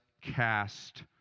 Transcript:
cast